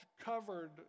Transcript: covered